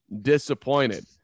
disappointed